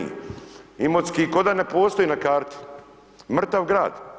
Imotski kao da ne postoji na karti, mrtav grad.